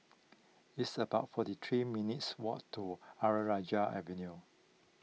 it's about forty three minutes' walk to Ayer Rajah Avenue